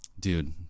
Dude